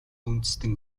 үндэстэн